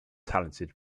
talented